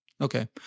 Okay